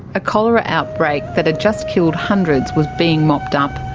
a cholera outbreak that had just killed hundreds was being mopped up,